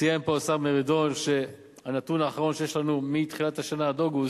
ציין פה השר מרידור שהנתון האחרון שיש לנו מתחילת השנה ועד אוגוסט,